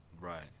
Right